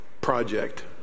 project